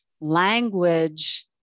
language